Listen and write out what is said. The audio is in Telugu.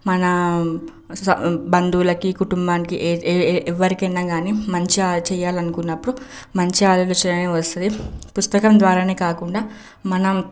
మన స బంధువులకి కుటుంబానికి ఏ ఏ ఎవ్వరికైనా కానీ మంచి చేయాలనీ అనుకున్నపుడు మంచి ఆలోచనలే వస్తుంది పుస్తకం ద్వారానే కాకుండా మనం